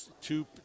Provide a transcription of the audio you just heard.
two